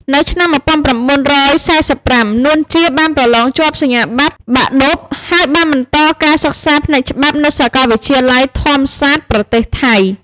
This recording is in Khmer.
នៅឆ្នាំ១៩៤៥ នួន ជា បានប្រឡងជាប់សញ្ញាប័ត្របាក់ឌុប ហើយបានបន្តការសិក្សាផ្នែកច្បាប់ នៅសាកលវិទ្យាល័យធម្មសាត ប្រទេសថៃ។